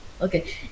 Okay